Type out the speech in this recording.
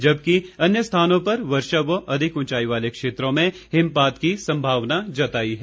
जबकि अन्य स्थानों पर वर्षा व अधिक ऊंचाई वाले क्षेत्रों में हिमपात की संभावना जताई है